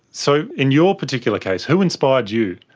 so in your particular case, who inspired you?